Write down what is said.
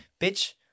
bitch